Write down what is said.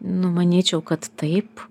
nu manyčiau kad taip